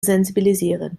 sensibilisieren